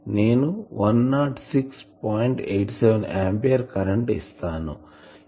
87 ampere current ఇస్తాను